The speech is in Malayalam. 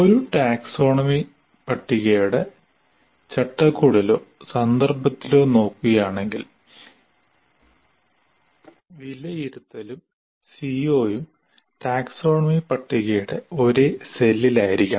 ഒരു ടാക്സോണമി പട്ടികയുടെ ചട്ടക്കൂടിലോ സന്ദർഭത്തിലോ നോക്കുകയാണെങ്കിൽ വിലയിരുത്തലും CO യും ടാക്സോണമി പട്ടികയുടെ ഒരേ സെല്ലിലായിരിക്കണം